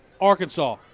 Arkansas